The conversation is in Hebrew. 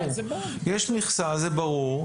יש מכסה, זה ברור,